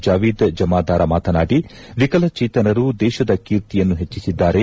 ಜಾವೀದ ಜಮಾದಾರ ಮಾತನಾಡಿ ವಿಕಲಚೇತನರು ದೇಶದ ಕೀರ್ತಿಯನ್ನು ಹೆಚ್ಚಿಸಿದ್ದಾರೆ